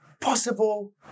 possible